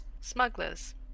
Smugglers